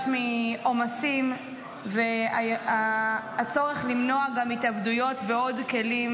מעומסים והצורך למנוע התאבדות בעוד כלים,